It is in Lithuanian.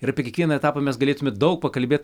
ir apie kiekvieną etapą mes galėtume daug pakalbėt